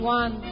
one